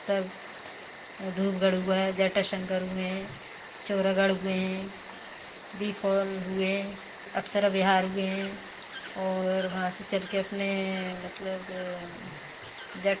जैसे पक्षियाँ इतने हर रंग बिरंगी पक्षियाँ आते हैं और उनको टाइम से दाना पानी डालती हूँ और उनका जो घर ऐसे ऐसे मतलब घोंसले बने हुए हैं एक एक तिनका एक एक तिनका से वह जोड़कर बनाती हैं